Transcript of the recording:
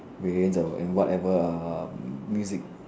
weirdo and whatever are music